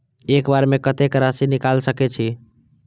एक बार में कतेक राशि निकाल सकेछी?